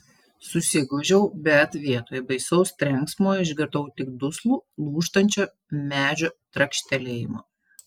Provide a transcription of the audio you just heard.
susigūžiau bet vietoj baisaus trenksmo išgirdau tik duslų lūžtančio medžio trakštelėjimą